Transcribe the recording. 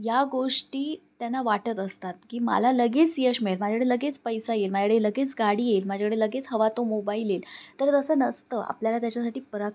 या गोष्टी त्यांना वाटत असतात की मला लगेच यश मिळेल माझ्याकडे लगेच पैसा येईल माझ्याकडे लगेच गाडी येईल माझ्याकडे लगेच हवा तो मोबाईल येईल तर असं नसतं आपल्याला त्याच्यासाठी परात